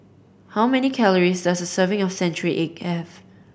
how many calories does a serving of century egg have